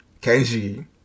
Kenji